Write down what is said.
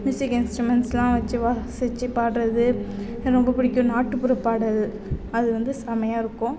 music இன்ஸ்ட்ருமெண்ட்ஸ்யெலாம் வெச்சு வாசிச்சு பாடுவது எனக்கு பிடிக்கும் நாட்டுப்புற பாடல் அது வந்து செமையாயிருக்கும்